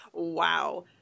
wow